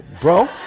bro